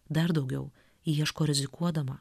dar daugiau ji ieško rizikuodama